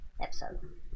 episode